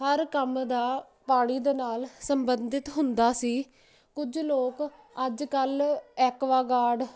ਹਰ ਕੰਮ ਦਾ ਪਾਣੀ ਦੇ ਨਾਲ ਸੰਬੰਧਿਤ ਹੁੰਦਾ ਸੀ ਕੁਝ ਲੋਕ ਅੱਜ ਕੱਲ ਐਕਵਾ ਗਾਰਡ